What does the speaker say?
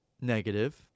negative